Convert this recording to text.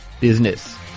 Business